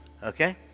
Okay